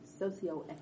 Socioeconomic